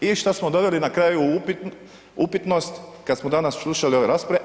I što smo doveli na kraju u upitnost, kada smo danas slušali ove rasprave?